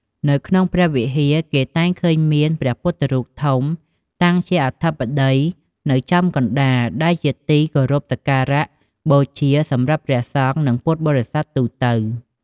នៅខាងក្នុងព្រះវិហារ គេតែងឃើញមាន ព្រះពុទ្ធរូបធំ តាំងជាអធិបតីនៅចំកណ្ដាល ដែលជាទីគោរពសក្ការៈបូជាសម្រាប់ព្រះសង្ឃ និងពុទ្ធបរិស័ទទូទៅ។